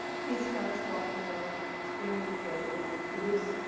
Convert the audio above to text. he starts walking around. extremely carefully he looks.